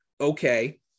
okay